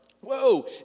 whoa